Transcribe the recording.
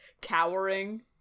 cowering